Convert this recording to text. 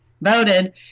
voted